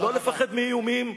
ולא לפחד מאיומים,